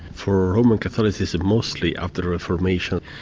for roman catholicism, mostly after the reformation,